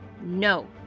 No